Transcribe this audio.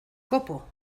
copo